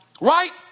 Right